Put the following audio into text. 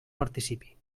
participi